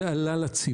זה עלה לציבור.